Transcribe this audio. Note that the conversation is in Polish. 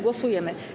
Głosujemy.